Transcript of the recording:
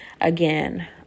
Again